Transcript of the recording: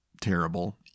terrible